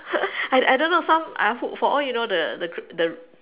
I I don't know some I hope for all you know the c~ the the